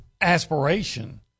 aspiration